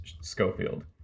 Schofield